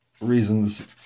reasons